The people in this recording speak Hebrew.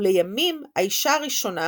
ולימים האישה הראשונה